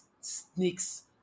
sneaks